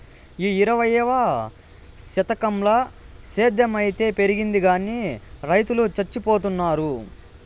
ఈ ఇరవైవ శతకంల సేద్ధం అయితే పెరిగింది గానీ రైతులు చచ్చిపోతున్నారు